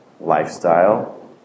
lifestyle